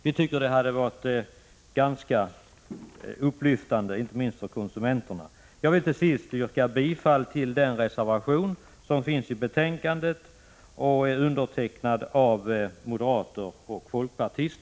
Vi tycker att det hade varit ganska upplyftande framför allt för konsumenterna. Till sist yrkar jag bifall till den reservation av moderater och folkpartister som finns i betänkandet.